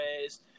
ways